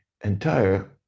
entire